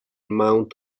mount